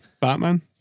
Batman